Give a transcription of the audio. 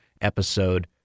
episode